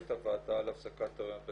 מרכזת הוועדה להפסקת הריון,